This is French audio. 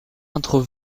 entre